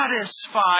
satisfied